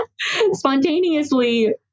Spontaneously